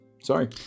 Sorry